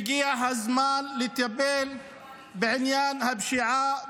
והגיע הזמן לטפל בעניין הפשיעה,